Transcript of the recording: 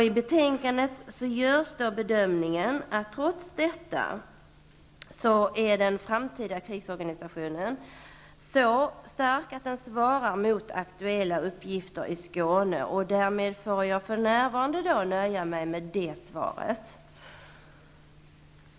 I betänkandet görs bedömningen att trots detta är den framtida krigsorganisationen så stark att den svarar mot aktuella uppgifter i Skåne. Jag får för närvarande nöja mig med det svaret.